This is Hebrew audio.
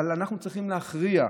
אבל אנחנו צריכים להכריע.